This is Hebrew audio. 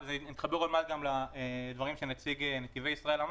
זה מתחבר לדבריו של נציג נתיבי ישראל.